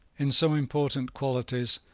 in some important qualities,